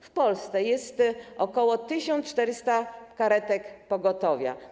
W Polsce jest ok. 1400 karetek pogotowia.